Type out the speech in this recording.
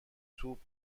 توپ